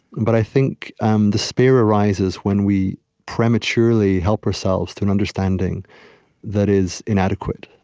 but i think um despair arises when we prematurely help ourselves to an understanding that is inadequate.